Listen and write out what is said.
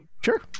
sure